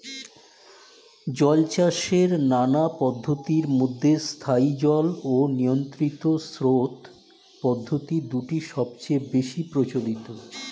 জলচাষের নানা পদ্ধতির মধ্যে স্থায়ী জল ও নিয়ন্ত্রিত স্রোত পদ্ধতি দুটি সবচেয়ে বেশি প্রচলিত